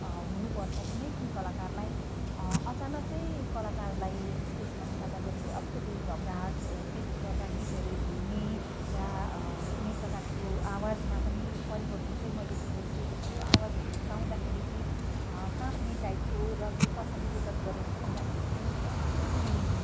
हुनुपर्छ कुनै पनि कलाकारलाई अचानकै कलाकारलाई यो स्टेजमा निकाल्दाखेरि चाहिँ अलिकति घबराहट त्यसले गर्दा गीतहरू भुल्ने या कुनै प्रकारको आवाजमा पनि परिवर्तन चाहिँ मैले धेरै देखेको छु आवाजहरू गाउँदाखेरि चाहिँ काप्ने टाइपको र त्यो पछाडि रिकर्ड गरेर सुन्दाखेरि चाहिँ अलिकति